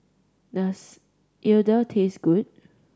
does Idili taste good